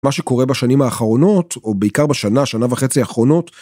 מה שקורה בשנים האחרונות, או בעיקר בשנה, שנה וחצי האחרונות.